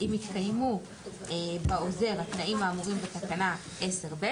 אם התקיימו בעוזר התנאים האמורים בתקנה 10(ב),